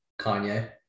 Kanye